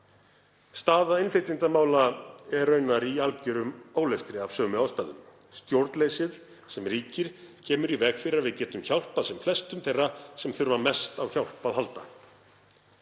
Staða innflytjendamála er raunar í algjörum ólestri af sömu ástæðum. Stjórnleysið sem ríkir kemur í veg fyrir að við getum hjálpað sem flestum þeirra sem þurfa mest á hjálp að halda.